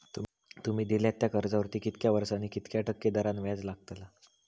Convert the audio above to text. तुमि दिल्यात त्या कर्जावरती कितक्या वर्सानी कितक्या टक्के दराने व्याज लागतला?